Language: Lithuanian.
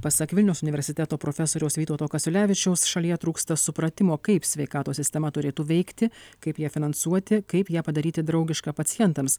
pasak vilniaus universiteto profesoriaus vytauto kasiulevičiaus šalyje trūksta supratimo kaip sveikatos sistema turėtų veikti kaip ją finansuoti kaip ją padaryti draugišką pacientams